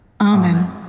Amen